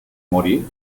morir